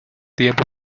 tiempo